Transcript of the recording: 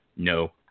No